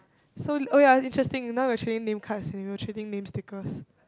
so oh ya interesting now we're trading name cards and we were trading name stickers